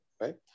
right